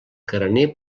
carener